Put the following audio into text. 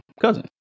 cousin